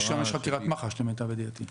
שם יש חקירת מח"ש למיטב ידיעתי.